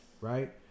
right